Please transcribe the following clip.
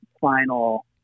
final